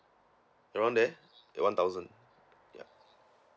around there at one thousand yup